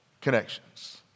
connections